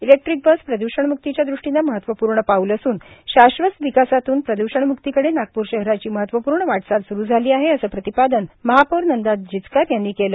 electric bus प्रद्रषणम्क्तीच्या दृष्टीनं महत्वप्र्ण पाऊल असून शास्वत विकासातून प्रदूषण मुक्तीकडे नागपूर शहराची महत्वपूर्ण वाटचाल स्रू झाली आहे असं प्रतिपादन महापौर नंदा जिचकार यांनी केलं